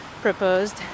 proposed